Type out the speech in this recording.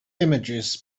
images